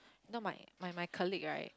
you know my my my colleague right